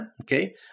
okay